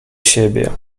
siebie